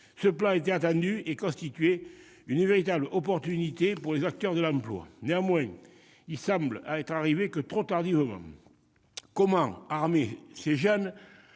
Ce plan était attendu et constituait une véritable opportunité pour les acteurs de l'emploi. Néanmoins, il semble être arrivé trop tardivement. Comment armer ces jeunes